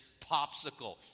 popsicle